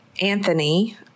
Anthony